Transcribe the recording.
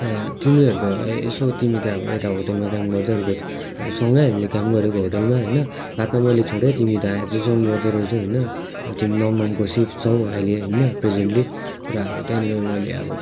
तिमीहरूको यसो तिमी त अब यता होटेलमा काम गर्दै गरेको अब सँगै हामीले काम गरेको होटेलमा होइन बादमा मैले छोडेँ तिमी त अझैसम्म गर्दै रहेछौ होइन तिमी नमनमको सिफ्ट छौ अहिले होइन प्रेजेन्ट्ली र अब त्यहाँनिर मैले अब